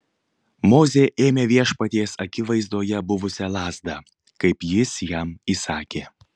mozė ėmė viešpaties akivaizdoje buvusią lazdą kaip jis jam įsakė